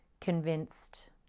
convinced